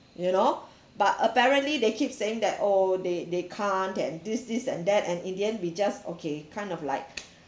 you know but apparently they keep saying that oh they they can't then this this and that and in the end we just okay kind of like